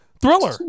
Thriller